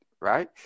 Right